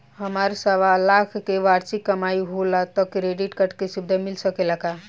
हमार सवालाख के वार्षिक कमाई होला त क्रेडिट कार्ड के सुविधा मिल सकेला का?